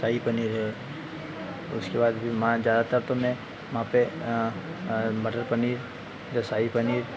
शाही पनीर है उसके बाद भी माँ ज़्यादातर तो मैं वहां पे मटर पनीर शाही पनीर